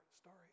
story